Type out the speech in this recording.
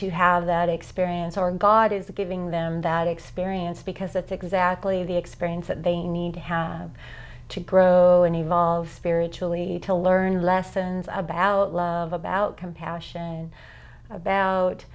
to have that experience or god is giving them that experience because that's exactly the experience that they need to have to grow and evolve spiritually to learn lessons about love about compassion about